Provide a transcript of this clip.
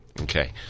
Okay